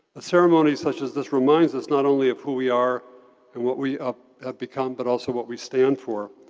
a ceremony such as this reminds us not only of who we are and what we have become, but also what we stand for.